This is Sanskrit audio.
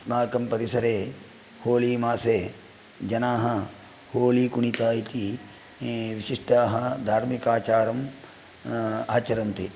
अस्माकं परिसरे होलीमासे जनाः होलीकुणिता इति विशिष्टाः धार्मिकाचारम् आचरन्ति